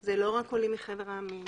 זה לא רק עולים מחבר העמים.